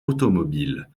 automobile